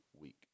week